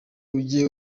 ujye